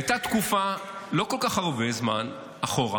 הייתה תקופה, לא כל כך הרבה זמן אחורה,